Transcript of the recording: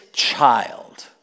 child